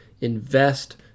Invest